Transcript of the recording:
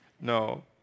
No